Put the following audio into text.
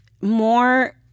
more